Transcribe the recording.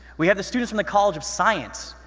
we have the students from the college of science,